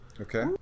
Okay